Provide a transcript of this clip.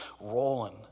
rolling